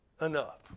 enough